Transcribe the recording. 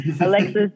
Alexis